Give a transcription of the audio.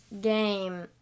game